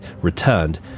returned